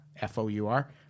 F-O-U-R